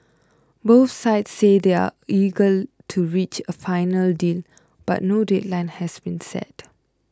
both sides say they are eager to reach a final deal but no deadline has been set